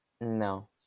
No